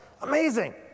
Amazing